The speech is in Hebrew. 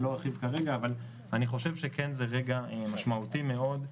לא ארחיב כרגע אבל אני חושב שזה כן רגע משמעותי מאוד.